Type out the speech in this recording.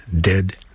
dead